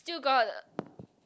still got